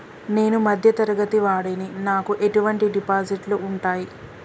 నేను మధ్య తరగతి వాడిని నాకు ఎటువంటి డిపాజిట్లు ఉంటయ్?